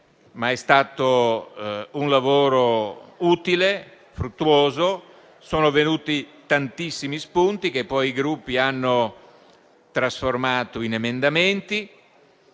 È stato un lavoro utile e fruttuoso. Sono venuti tantissimi spunti, che poi i Gruppi hanno trasformato in emendamenti.